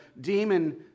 demon